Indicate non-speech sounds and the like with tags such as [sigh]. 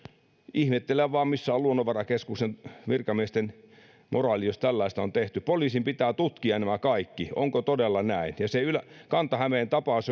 ihmettelen vain missä on luonnonvarakeskuksen virkamiesten moraali jos tällaista on tehty poliisin pitää tutkia nämä kaikki onko todella näin se kanta hämeen tapaus [unintelligible]